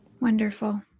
Wonderful